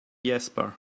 jasper